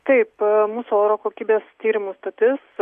taip mūsų oro kokybės tyrimų stotis